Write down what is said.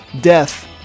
Death